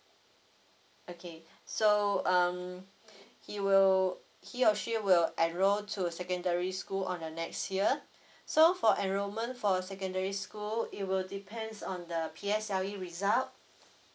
okay so um he will he or she will enroll to secondary school on the next year so for enrollment for secondary school so it will depends on the P S L E result